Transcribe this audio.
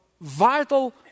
vital